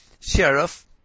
Sheriff